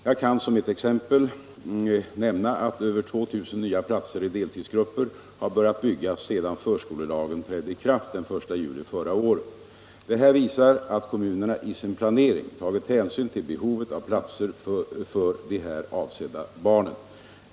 Jag kan som ett exempel nämna att över 2 000 nya platser i deltidsgrupper har börjat byggas sedan förskolelagen trädde i kraft den 1 juli förra året. Detta visar att kommunerna i sin planering har tagit hänsyn till behovet av platser för de här avsedda barnen.